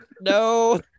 No